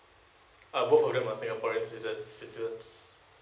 uh both of them are singaporean citizens citizens